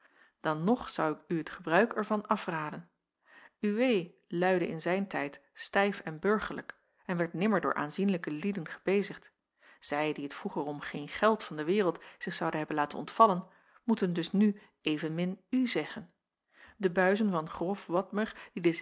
dan nog zou ik u t gebruik er van afraden uwee luidde in zijn tijd stijf en burgerlijk en werd nimmer door aanzienlijke lieden gebezigd zij die het vroeger om geen geld van de wereld zich zouden hebben laten ontvallen moeten dus nu evenmin u zeggen de buizen van grof wadmer die